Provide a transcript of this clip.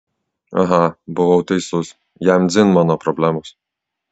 aha buvau teisus jam dzin mano problemos